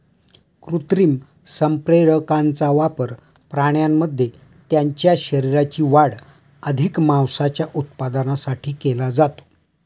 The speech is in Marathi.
कृत्रिम संप्रेरकांचा वापर प्राण्यांमध्ये त्यांच्या शरीराची वाढ अधिक मांसाच्या उत्पादनासाठी केला जातो